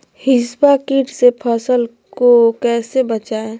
हिसबा किट से फसल को कैसे बचाए?